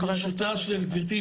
ברשותה של גברתי,